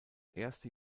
erste